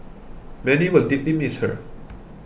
many will deeply miss her